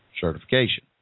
certification